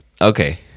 Okay